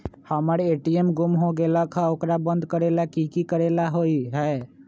हमर ए.टी.एम गुम हो गेलक ह ओकरा बंद करेला कि कि करेला होई है?